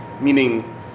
Meaning